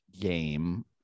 game